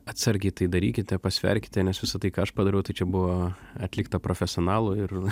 atsargiai tai darykite pasverkite nes visa tai ką aš padariau tai čia buvo atlikta profesionalų ir